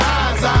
eyes